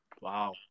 wow